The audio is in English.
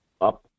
up